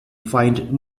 find